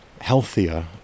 healthier